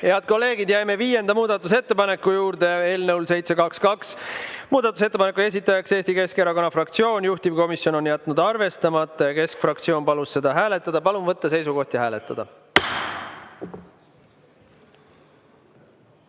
Head kolleegid! Jäime viienda muudatusettepaneku juurde, eelnõu on 722. Muudatusettepaneku esitaja on Eesti Keskerakonna fraktsioon, juhtivkomisjon on jätnud arvestamata ja keskfraktsioon palub seda hääletada. Palun võtta seisukoht ja hääletada!